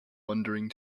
wondering